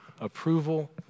approval